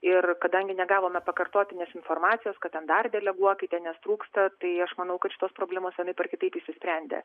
ir kadangi negavome pakartotinės informacijos kad ten dar deleguokite nes trūksta tai aš manau kad šitos problemos vienaip ar kitaip išsisprendė